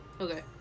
okay